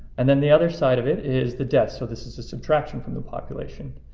and then the other side of it is the death. so this is a subtraction from the population.